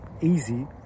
easy